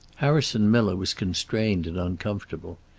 harrison miller was constrained and uncomfortable.